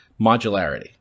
Modularity